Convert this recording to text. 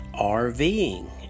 RVing